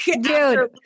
Dude